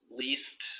least